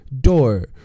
door